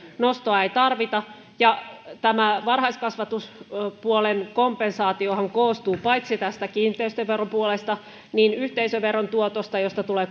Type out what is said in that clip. nostoa ei tarvita ja tämä varhaiskasvatuspuolen kompensaatiohan koostuu paitsi tästä kiinteistöveropuolesta myös yhteisöveron tuotosta josta tulee